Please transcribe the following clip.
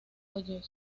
college